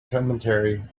commentary